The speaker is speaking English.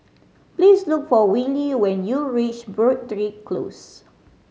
please look for Willy when you reach Broadrick Close